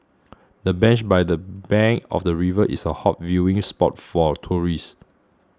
the bench by the bank of the river is a hot viewing spot for tourists